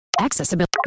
Accessibility